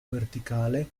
verticale